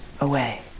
away